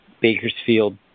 Bakersfield